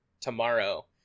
tomorrow